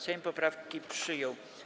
Sejm poprawki przyjął.